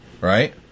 right